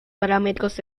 parámetros